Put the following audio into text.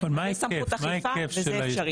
זה סמכות אכיפה וזה אפשרי.